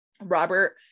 Robert